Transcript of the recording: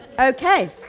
Okay